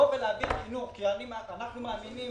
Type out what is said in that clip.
מאמינים